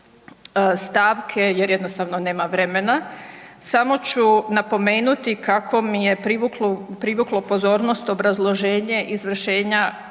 stavke jer jednostavno nema vremena samo ću napomenuti kako mi je privuklo pozornost obrazloženje izvršenja